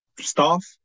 staff